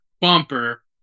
bumper